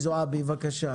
בקצרה.